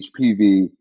HPV